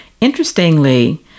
Interestingly